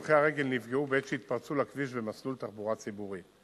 הולכי הרגל נפגעו בעת שהתפרצו לכביש במסלול תחבורה ציבורי.